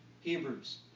Hebrews